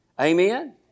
Amen